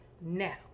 Now